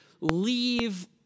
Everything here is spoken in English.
leave